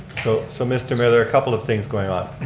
so so, mr. mayor, there are a couple of things going on.